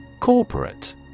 Corporate